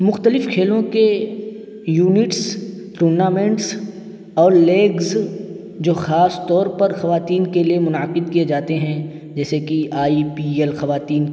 مختلف کھیلوں کے یونٹس ٹورنامنٹس اور لیگس جو خاص طور پر خواتین کے لیے منعقد کیے جاتے ہیں جیسے کہ آئی پی ایل خواتین